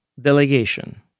delegation